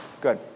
good